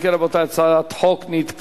אם כן, רבותי, הצעת חוק נתקבלה,